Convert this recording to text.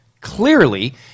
clearly